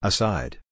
Aside